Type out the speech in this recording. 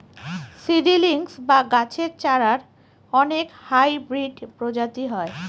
seedlings বা গাছের চারার অনেক হাইব্রিড প্রজাতি হয়